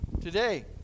today